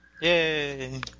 Yay